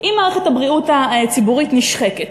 אם מערכת הבריאות הציבורית נשחקת,